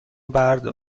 بردار